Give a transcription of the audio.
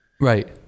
Right